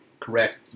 Correct